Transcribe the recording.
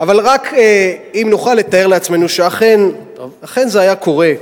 רק אם נוכל לתאר לעצמנו שאכן זה היה קורה,